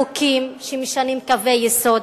חוקים שמשנים קווי יסוד